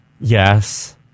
Yes